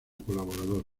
colaborador